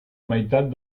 meitat